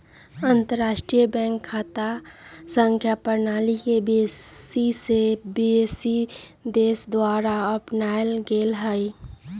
अंतरराष्ट्रीय बैंक खता संख्या प्रणाली के बेशी से बेशी देश द्वारा अपनाएल गेल हइ